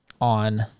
on